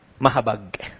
mahabag